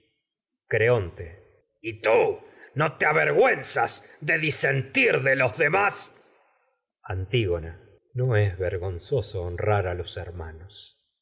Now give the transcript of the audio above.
creonte demás y tú no te avergüenzas de disentir de los antígona no es vergonzoso honrar a los hermanos